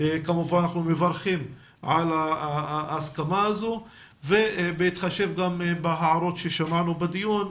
כמובן אנחנו מברכים על ההסכמה הזאת ובהתחשב גם בהערות ששמענו בדיון,